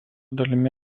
dalimi